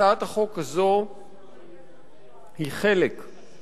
הצעת החוק הזאת היא חלק מההידרדרות